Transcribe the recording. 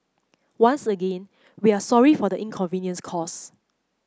once again we are sorry for the inconvenience cause